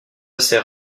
assez